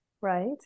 right